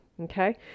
Okay